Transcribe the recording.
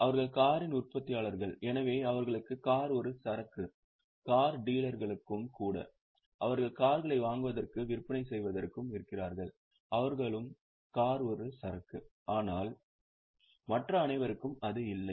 அவர்கள் காரின் உற்பத்தியாளர்கள் எனவே அவர்களுக்கு கார் ஒரு சரக்கு கார் டீலர்களுக்கும் கூட அவர்கள் கார்களை வாங்குவதற்கும் விற்பனை செய்வதற்கும் இருக்கிறார்கள் அவர்களுக்கு கார் ஒரு சரக்கு ஆனால் மற்ற அனைவருக்கும் அது இல்லை